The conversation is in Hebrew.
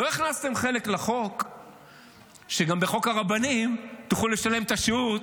לא הכנסתם חלק לחוק שגם בחוק הרבנים תוכלו לשלם את השהות